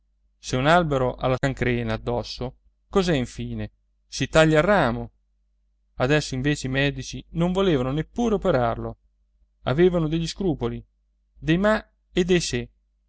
se un albero ha la cancrena addosso cos'è infine si taglia il ramo adesso invece i medici non volevano neppure operarlo avevano degli scrupoli dei ma e dei